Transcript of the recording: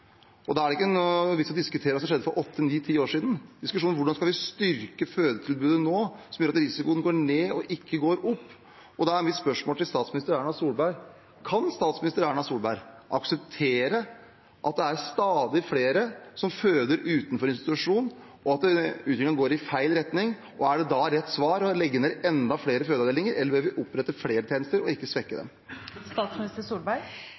Da er det ikke noen vits i å diskutere hva som skjedde for åtte–ni–ti år siden. Diskusjonen må være hvordan vi kan styrke fødetilbudet nå, slik at risikoen går ned og ikke opp. Da er mitt spørsmål til statsminister Solberg: Kan statsminister Erna Solberg akseptere at det er stadig flere som føder utenfor institusjon, og at utviklingen går i feil retning? Er rett svar da å legge ned enda flere fødeavdelinger, eller bør vi opprette flere tjenester og ikke svekke